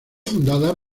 fundada